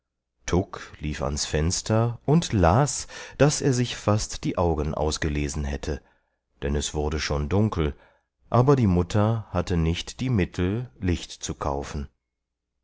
tuk lief ans fenster und las daß er sich fast die augen ausgelesen hätte denn es wurde schon dunkel aber die mutter hatte nicht die mittel licht zu kaufen